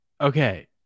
okay